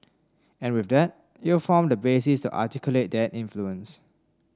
and with that it'll form the basis to articulate that influence